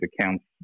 accounts